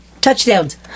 Touchdowns